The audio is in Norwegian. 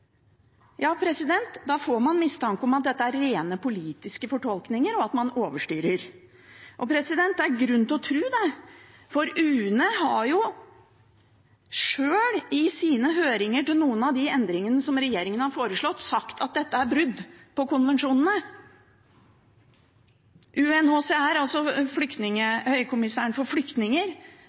Da får man mistanke om at dette er rene politiske fortolkninger, og at man overstyrer. Og det er grunn til å tro det, for UNE har jo sjøl i sine høringer til noen av de endringene som regjeringen har foreslått, sagt at dette er brudd på konvensjonene. UNHCR, Høykommissæren for flyktninger,